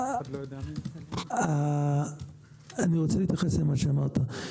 אני רוצה להתייחס למה שאמרת.